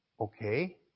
Okay